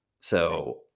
So-